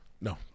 No